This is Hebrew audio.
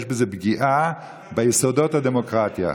יש בזה פגיעה ביסודות הדמוקרטיה.